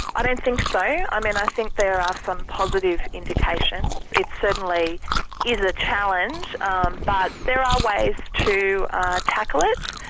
i don't think but so. i mean i think there are some positive indications. it certainly is a challenge um but there are ways to tackle it,